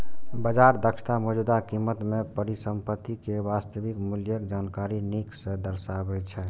बाजार दक्षता मौजूदा कीमत मे परिसंपत्ति के वास्तविक मूल्यक जानकारी नीक सं दर्शाबै छै